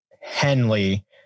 Henley